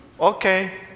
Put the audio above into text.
Okay